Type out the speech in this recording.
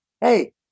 Hey